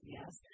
Yes